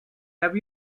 have